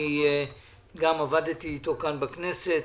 עבדתי אתו כאן בכנסת,